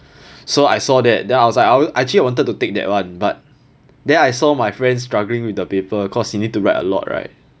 so I saw that then I was like I actually wanted to take that [one] but then I saw my friend struggling with the paper cause you need to write a lot right